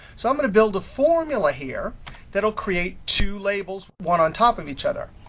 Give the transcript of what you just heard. so, i'm going to build a formula here that will create two labels one on top of each other.